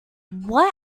what